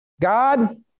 God